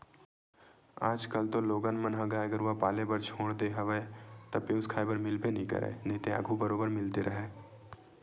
आजकल तो लोगन मन ह गाय गरुवा पाले बर छोड़ देय हवे त पेयूस खाए बर मिलबे नइ करय नइते आघू बरोबर मिलते राहय